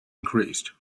increased